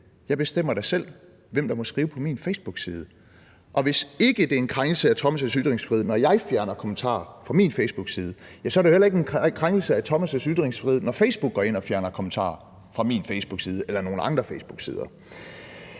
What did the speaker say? Jeg bestemmer da selv, hvem der må skrive på min facebookside. Og hvis ikke det er en krænkelse af Thomas' ytringsfrihed, når jeg fjerner kommentarer fra min facebookside, ja, så er det jo heller ikke en krænkelse af Thomas' ytringsfrihed, når Facebook går ind og fjerner kommentarer fra min facebookside